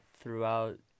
throughout